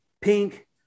pink